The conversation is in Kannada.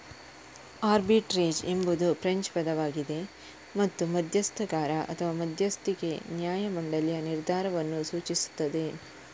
ಆರ್ಬಿಟ್ರೇಜ್ ಎಂಬುದು ಫ್ರೆಂಚ್ ಪದವಾಗಿದೆ ಮತ್ತು ಮಧ್ಯಸ್ಥಗಾರ ಅಥವಾ ಮಧ್ಯಸ್ಥಿಕೆ ನ್ಯಾಯ ಮಂಡಳಿಯ ನಿರ್ಧಾರವನ್ನು ಸೂಚಿಸುತ್ತದೆ